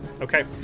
Okay